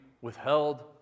withheld